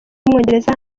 w’umwongereza